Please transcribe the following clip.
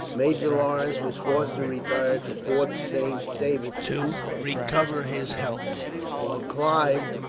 major lawrence was forced to retire to fort saint david to recover his health while clive,